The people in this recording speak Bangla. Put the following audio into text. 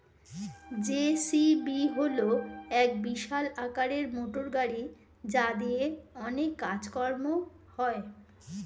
জে.সি.বি হল এক বিশাল আকারের মোটরগাড়ি যা দিয়ে অনেক কাজ কর্ম হয়